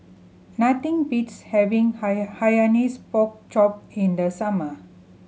nothing beats having Hainanese Pork Chop in the summer